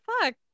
fuck